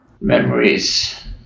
Memories